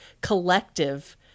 collective